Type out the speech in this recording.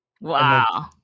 Wow